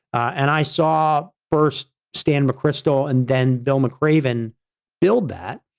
and i saw first stan mcchrystal, and then bill mcraven build that.